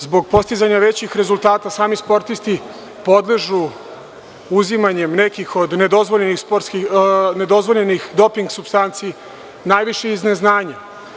Zbog postizanja većih rezultata sami sportisti podležu uzimanjem nekih od nedozvoljenih doping supstanci, najviše iz neznanja.